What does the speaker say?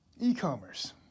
E-commerce